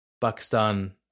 Pakistan